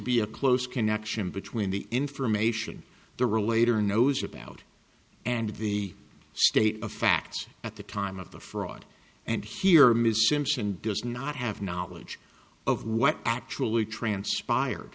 be a close connection between the information the relator knows about and the state of facts at the time of the fraud and here mr simpson does not have knowledge of what actually transpired